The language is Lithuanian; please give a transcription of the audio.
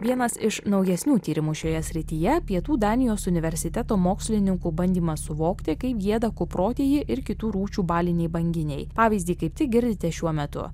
vienas iš naujesnių tyrimų šioje srityje pietų danijos universiteto mokslininkų bandymas suvokti kaip gieda kuprotieji ir kitų rūšių baliniai banginiai pavyzdį kaip tik girdite šiuo metu